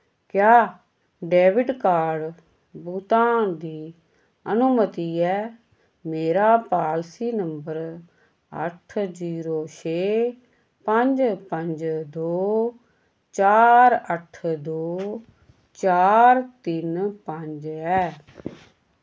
क्या डैविट कार्ड भुगतान दी अनुमति है मेरा पालसी नंबर अट्ठ जीरो छे पंज पंज दो चार अट्ठ दो चार तिन्न पंज ऐ